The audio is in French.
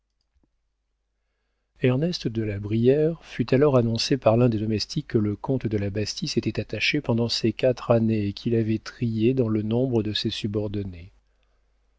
ernest de la brière fut alors annoncé par l'un des domestiques que le comte de la bastie s'était attachés pendant ces quatre années et qu'il avait triés dans le nombre de ses subordonnés